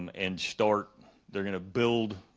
and start they're gonna build